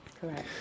Correct